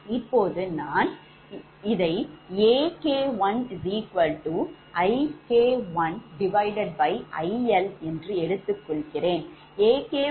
இப்போது நான் இதை AK1IK1 IL என்று எடுத்துக்கொண்டுள்ளேன்